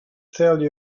tell